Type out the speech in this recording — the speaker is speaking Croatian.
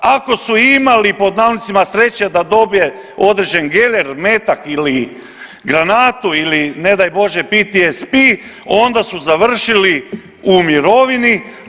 Ako su imali, pod navodnicima sreće da dobije određeni geler, metak ili granatu ili, ne daj Bože, PTSP, onda su završili u mirovini.